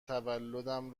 تولدم